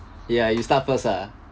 ya you start first ah